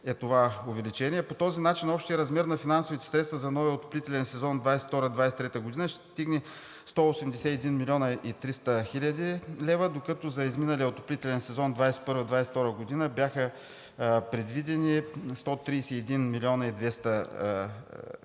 е това увеличение. По този начин общият размер на финансовите средства за новия отоплителен сезон 2022 – 2023 г. ще достигне 181 млн. и 300 хил. лв., докато за изминалия отоплителен сезон 2021 – 2022 г. бяха предвидени 131 млн. и 200 хил. лв.